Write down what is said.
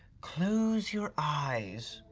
close your eyes,